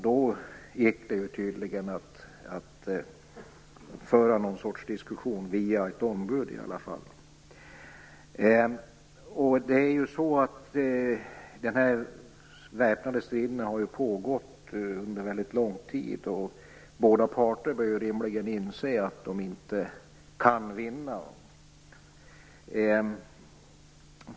Då gick det tydligen att föra en sorts diskussion - via ombud i alla fall. De väpnade striderna har ju pågått under väldigt lång tid. Båda parterna bör rimligen inse att de inte kan vinna.